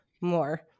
more